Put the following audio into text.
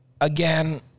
Again